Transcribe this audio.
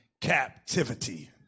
captivity